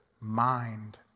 mind